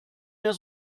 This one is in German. mehr